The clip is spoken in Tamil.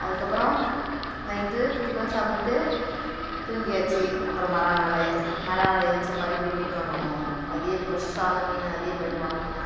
அதற்கப்பறோம் நைட்டு டிஃபன் சாப்பிடுட்டு தூங்கியாச்சு அப்புறம் மரானாள் மரானாள் ஏன்ஞ்சு மறுபுடியும் மீன் வாங்க போனோம் அதே ஃப்ரெஷ்ஷான மீன் அதே மாதிரி வாங்குனோம்